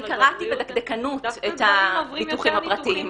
אני קראתי בדקדקנות את הביטוחים הפרטיים.